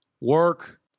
work